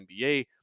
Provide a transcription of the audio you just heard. NBA